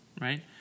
right